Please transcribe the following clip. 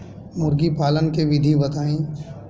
मुर्गी पालन के विधि बताई?